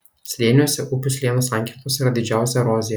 slėniuose upių slėnių sankirtose yra didžiausia erozija